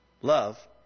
Love